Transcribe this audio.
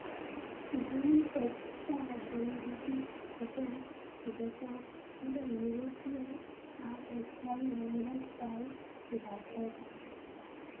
dill एकता जड़ी बूटी छिके जेको पूरा यूरोपीय आर एशियाई व्यंजनत पाल जा छेक